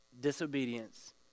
disobedience